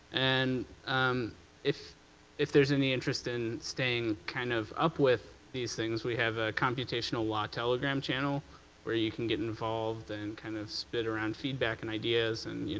and um if if there's any interest in staying kind of up with these things, we have a computational law telegram channel where you can get involved and kind of spit around feedback and ideas and